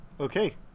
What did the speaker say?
okay